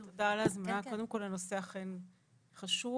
קודם כל הנושא אכן חשוב,